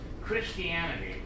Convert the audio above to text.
Christianity